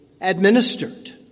administered